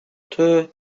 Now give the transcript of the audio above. two